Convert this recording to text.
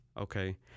Okay